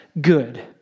good